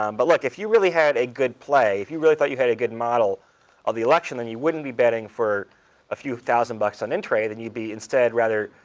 um but look, if you really had a good play, if you really thought you had a good model of the election, then you wouldn't be betting for a few thousand bucks on intrade. and you be instead, rather,